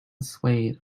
swayed